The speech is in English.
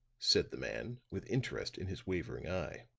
said the man, with interest in his wavering eye.